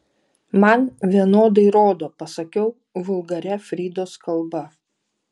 man vienodai rodo pasakiau vulgaria fridos kalba